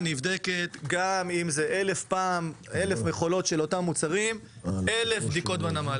גם אם זה 1,000 מכולות עם אותם מוצרים 1,000 בדיקות בנמל.